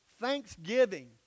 Thanksgiving